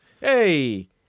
Hey